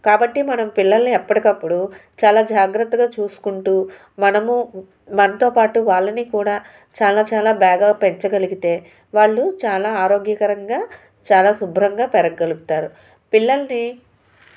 కాబట్టి మనం పిల్లల్ని ఎప్పటికప్పుడు చాలా జాగ్రత్తగా చూసుకుంటూ మనము మనతో పాటు వాళ్ళని కూడా చాలా చాలా బాగా పెంచగలిగితే వాళ్ళు చాలా ఆరోగ్యకరంగా చాలా శుభ్రంగా పెరగలుగుతారు పిల్లల్ని